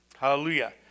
Hallelujah